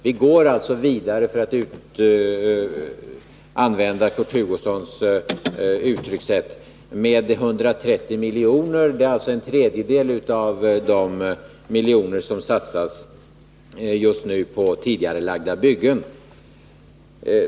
Vi går alltså vidare — för att använda Kurt Hugossons uttryckssätt — med 130 miljoner. Det är en tredjedel av de miljoner som satsas just nu på tidigarelagda byggen.